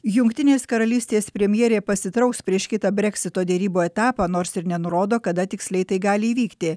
jungtinės karalystės premjerė pasitrauks prieš kitą breksito derybų etapą nors ir nenurodo kada tiksliai tai gali įvykti